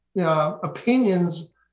opinions